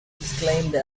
exclaimed